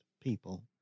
people